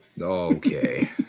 Okay